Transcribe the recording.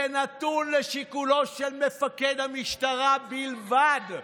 זה נתון לשיקולו של מפקד המשטרה בלבד,